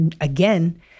again